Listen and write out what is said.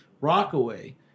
Rockaway